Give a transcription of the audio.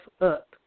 up